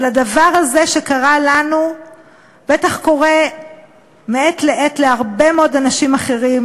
אבל הדבר הזה שקרה לנו בטח קורה מעת לעת להרבה מאוד אנשים אחרים,